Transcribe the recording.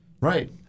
Right